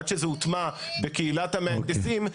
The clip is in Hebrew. עד שזה הוטמע בקהילת המהנדסים.